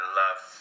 love